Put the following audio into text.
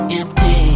empty